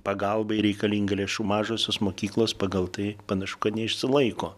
pagalbai reikalinga lėšų mažosios mokyklos pagal tai panašu kad neišsilaiko